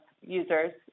users